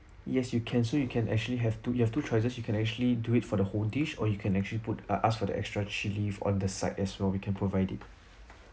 yes you can so you can actually have two you have two choices you can actually do it for the whole dish or you can actually put ah ask for the extra chilli on the side as well we can provide it